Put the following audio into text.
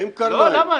למה?